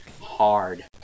hard